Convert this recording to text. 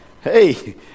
Hey